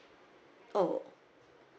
oh